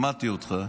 שמעתי אותך.